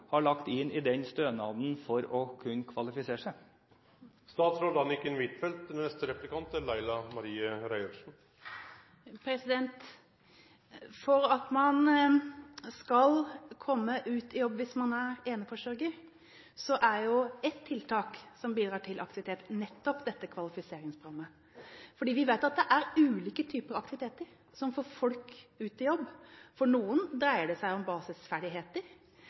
har lagt inn i den stønaden for at en skal kunne kvalifisere seg? For at man skal komme ut i jobb hvis man er eneforsørger, er ett tiltak som bidrar til aktivitet, kvalifiseringsprogrammet, for vi vet at det er ulike typer aktiviteter som får folk ut i jobb. For noen dreier det seg om basisferdigheter,